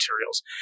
materials